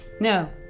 No